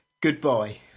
goodbye